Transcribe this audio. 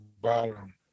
Bottom